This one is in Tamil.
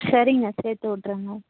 சரிங்க சேர்த்து விட்றேங்க